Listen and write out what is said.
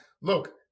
look